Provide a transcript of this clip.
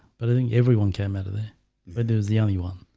but i think everyone came out of there but there was the only one